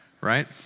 right